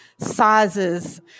Sizes